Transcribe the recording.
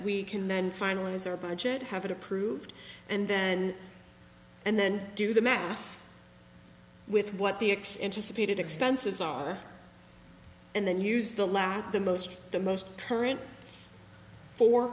we can then finally as our budget have it approved and then and then do the math with what the extension speeded expenses are and then use the last the most the most current four